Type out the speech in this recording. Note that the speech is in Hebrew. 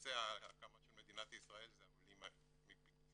למעשה ההקמה של מדינת ישראל זה העולים בכלל,